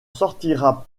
sortira